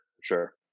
Sure